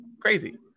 Crazy